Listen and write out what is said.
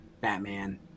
Batman